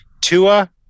Tua